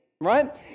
right